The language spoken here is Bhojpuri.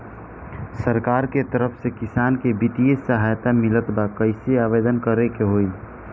सरकार के तरफ से किसान के बितिय सहायता मिलत बा कइसे आवेदन करे के होई?